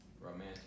Romantic